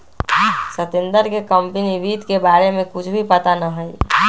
सत्येंद्र के कंपनी वित्त के बारे में कुछ भी पता ना हई